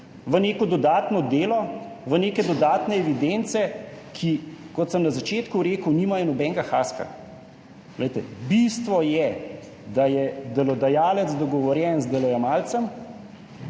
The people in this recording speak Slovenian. v neko dodatno delo, v neke dodatne evidence, ki, kot sem na začetku rekel, nimajo nobenega haska. Bistvo je, da je delodajalec dogovorjen z delojemalcem,